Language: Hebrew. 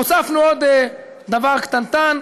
הוספנו עוד דבר קטנטן,